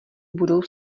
budou